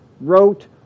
wrote